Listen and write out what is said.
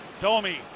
Domi